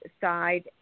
side